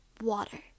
water